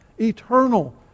Eternal